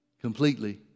completely